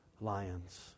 lions